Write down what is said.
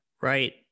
Right